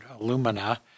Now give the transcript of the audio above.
alumina